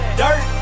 dirt